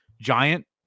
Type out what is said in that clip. Giant